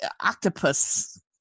octopus